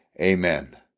Amen